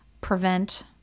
prevent